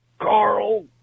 Carl